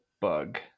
bug